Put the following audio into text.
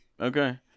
Okay